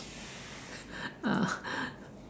ah